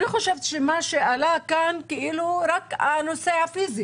אני חושבת שמה שעלה כאן זה רק הנושא הפיזי.